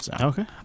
Okay